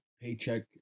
paycheck